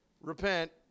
repent